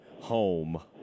home